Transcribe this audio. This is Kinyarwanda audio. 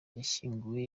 yashyinguwe